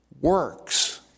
works